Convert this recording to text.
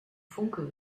funke